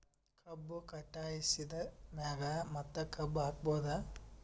ಕಬ್ಬು ಕಟಾಸಿದ್ ಮ್ಯಾಗ ಮತ್ತ ಕಬ್ಬು ಹಾಕಬಹುದಾ?